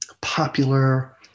popular